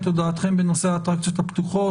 בנושא האטרקציות הפתוחות.